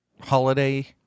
holiday